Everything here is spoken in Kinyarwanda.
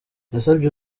yasabye